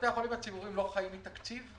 בתי החולים הציבוריים לא חיים מתקציב,